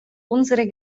unsere